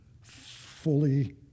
fully